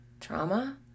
trauma